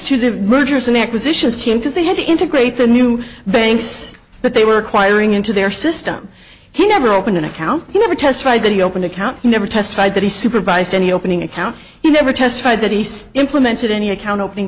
to the mergers and acquisitions team because they had to integrate the new banks but they were acquiring into their system he never opened an account you never testified that he opened account never testified that he supervised any opening accounts he never testified that he saw implemented any account opening